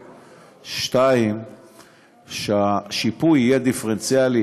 2. השיפוי יהיה דיפרנציאלי,